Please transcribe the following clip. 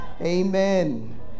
amen